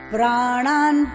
Pranan